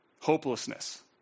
Hopelessness